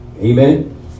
amen